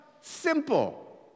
simple